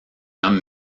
homme